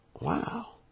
Wow